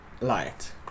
light